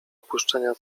opuszczenia